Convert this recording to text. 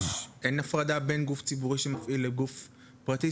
אין הפרדה בין גוף ציבורי שמפעיל לבין גוף פרטי?